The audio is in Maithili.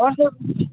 आओर सर